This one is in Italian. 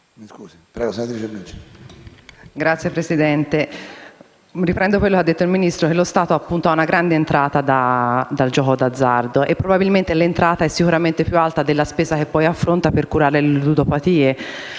Signor Presidente, riprendo quello che ha detto il Ministro, cioè che lo Stato ricava una grande entrata dal gioco d'azzardo. Probabilmente tale entrata è più alta della spesa che poi affronta per curare le ludopatie.